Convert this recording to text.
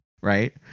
right